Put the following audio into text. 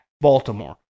Baltimore